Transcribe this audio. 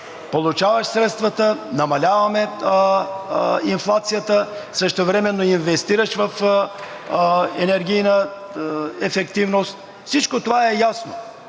получаваш средствата, намаляваме инфлацията, същевременно инвестираш в енергийна ефективност. Всичко това е ясно!